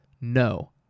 No